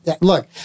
Look